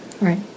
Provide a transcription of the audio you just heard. Right